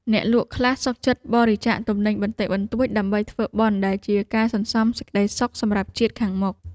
អ្នកលក់ខ្លះសុខចិត្តបរិច្ចាគទំនិញបន្តិចបន្តួចដើម្បីធ្វើបុណ្យដែលជាការសន្សំសេចក្ដីសុខសម្រាប់ជាតិខាងមុខ។